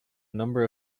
number